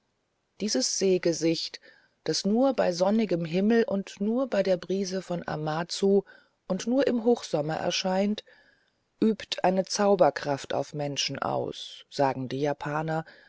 dieses seegesicht das nur bei sonnigem himmel und nur bei der brise von amazu und nur im hochsommer erscheint übt eine zauberkraft auf menschen aus sagen die japaner